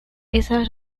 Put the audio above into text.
esa